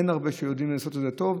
אין הרבה שיודעים לעשות את זה טוב,